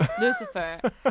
lucifer